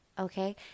Okay